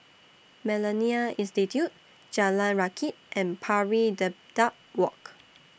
Millennia Institute Jalan Rakit and Pari Dedap Walk